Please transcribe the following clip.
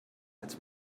als